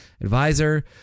advisor